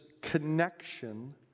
connection